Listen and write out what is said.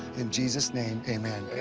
in jesus' name, amen.